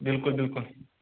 بالکل بالکل